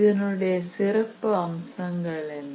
இதனுடைய சிறப்பு அம்சங்கள் என்ன